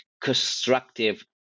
constructive